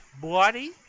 bloody